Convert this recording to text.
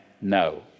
no